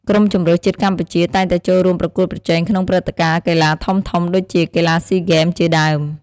ក្រុមជម្រើសជាតិកម្ពុជាតែងតែចូលរួមប្រកួតប្រជែងក្នុងព្រឹត្តិការណ៍កីឡាធំៗដូចជា កីឡាស៊ីហ្គេម ជាដើម។